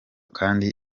kandi